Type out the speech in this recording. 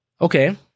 Okay